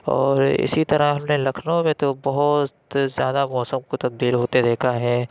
اور اِسی طرح ہم نے لکھنؤ میں تو بہت زیادہ موسم کو تبدیل ہوتے دیکھا ہے